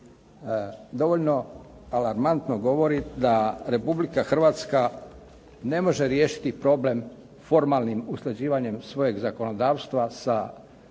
Dovoljno alarmantno govori da Republika Hrvatska ne može riješiti problem formalnim usklađivanjem svojeg zakonodavstva sa aquis